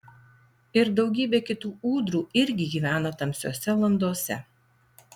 ir daugybė kitų ūdrų irgi gyvena tamsiose landose